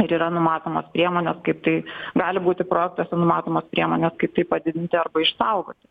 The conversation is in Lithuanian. ir yra numatomos priemonės kaip tai gali būti projektuose numatomos priemonės kaip padidinti arba išsaugoti